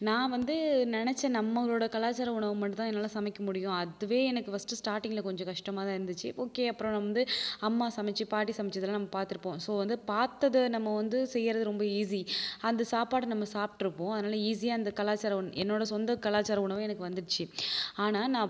நான் வந்து நினச்சேன் நம்மளோட கலாச்சார உணவு மட்டுந்தான் என்னால் சமைக்க முடியும் அதுவே எனக்கு ஃபர்ஸ்ட்டு ஸ்டாட்டிங்கில கொஞ்சம் கஷ்டமாக தான் இருந்துச்சு ஓகே அப்புறம் நான் வந்து அம்மா சமைச்சு பாட்டி சமைச்சதெல்லாம் நம்ம பார்த்துருப்போம் ஸோ வந்து பார்த்தத நம்ம வந்து செய்யறது ரொம்ப ஈஸி அந்த சாப்பாடு நம்ம சாப்பிட்ருப்போம் அதனால் ஈஸியாக அந்த கலாச்சார உண் என்னோட சொந்த கலாச்சார உணவு எனக்கு வந்துடுச்சு ஆனால் நான்